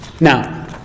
Now